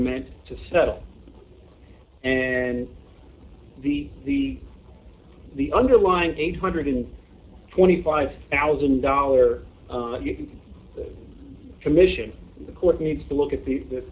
meant to settle and the the the underlying eight hundred and twenty five thousand dollars commission the court needs to look at the